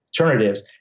alternatives